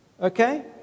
Okay